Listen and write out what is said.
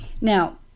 Now